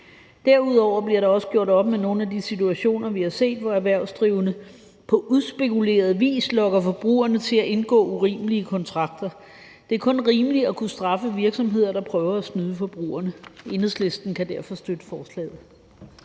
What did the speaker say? Derudover bliver der også gjort op med nogle af de situationer, vi har set, hvor erhvervsdrivende på udspekuleret vis lokker forbrugerne til at indgå urimelige kontrakter. Det er kun rimeligt at kunne straffe virksomheder, der prøver at snyde forbrugerne. Enhedslisten kan derfor støtte forslaget.